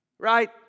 Right